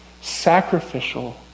sacrificial